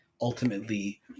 ultimately